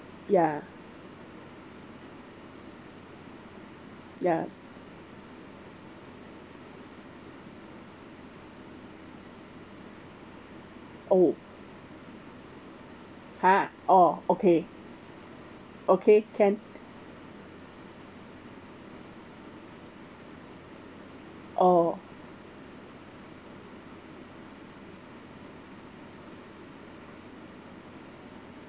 ya ya oh ah orh okay okay can orh